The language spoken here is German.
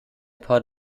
paar